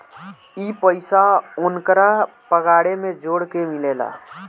ई पइसा ओन्करा पगारे मे जोड़ के मिलेला